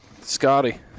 Scotty